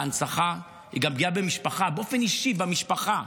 בהנצחה, היא גם פגיעה במשפחה, באופן אישי במשפחה,